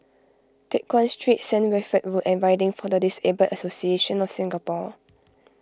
Teck Guan Street Saint Wilfred Road and Riding for the Disabled Association of Singapore